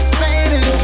baby